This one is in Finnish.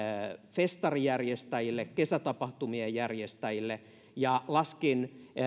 festarijärjestäjille kesätapahtumien järjestäjille ja laskin